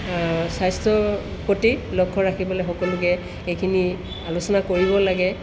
স্বাস্থ্যৰ প্ৰতি লক্ষ্য ৰাখিব লাগে সকলোকে সেইখিনি আলোচনা কৰিব লাগে